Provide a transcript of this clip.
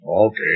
Okay